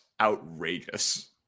outrageous